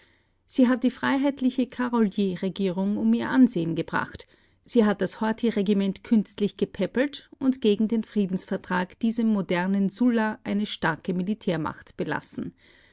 sie hat die freiheitliche karolyi-regierung um ihr ansehen gebracht sie hat das horthy-regiment künstlich gepäppelt und gegen den friedensvertrag diesem modernen sulla eine starke militärmacht belassen